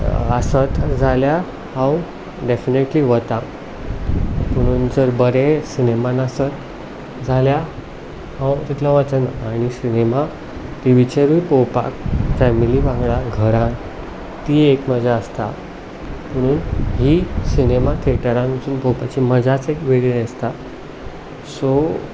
आसत जाल्यार हांव डॅफिनटली वतां पुणून जर बरें सिनेमा नासत जाल्यार हांव तितलो वचना आनी सिनेमा टिव्हीचेरूय पोवपाक फेमिली वांगडा घरा ती एक मजा आसता पुणून ही सिनेमा थिएटरांत वचून पोवपाची मजाच एक वेगळी आसता सो